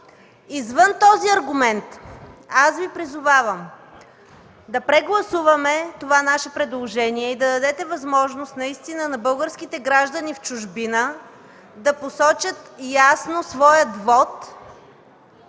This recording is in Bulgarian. Извън този аргумент, аз Ви призовавам да прегласуваме това наше предложение и да дадете възможност на българските граждани в чужбина да посочат ясно своя вот,